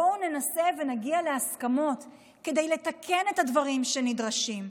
בואו ננסה ונגיע להסכמות כדי לתקן את הדברים שנדרשים,